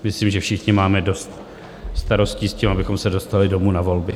Myslím, že všichni máme dost starostí s tím, abychom se dostali domů na volby.